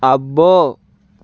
అబ్బో